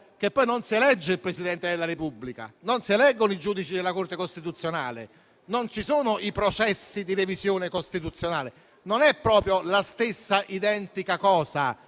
comunali non si elegge il Presidente della Repubblica, non si eleggono i giudici della Corte costituzionale, non ci sono i processi di revisione costituzionale. L'amministrazione di